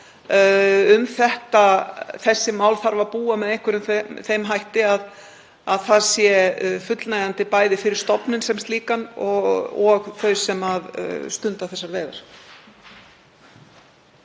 að um þessi mál þarf að búa með einhverjum þeim hætti að að það sé fullnægjandi, bæði fyrir stofninn sem slíkan og þau sem stunda þessar veiðar.